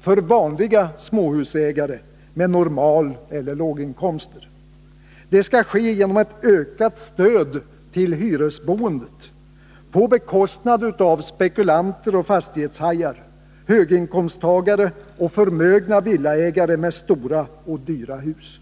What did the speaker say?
för vanliga småhusägare med normaleller låginkomster fördyras. Detta skall ske genom ett ökat stöd till hyresboendet, på bekostnad av spekulanter och fastighetshajar, höginkomsttagare och förmögna villaägare med stora och dyra hus.